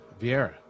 Vieira